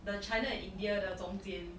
the China and India 的中间